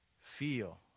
feel